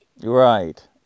Right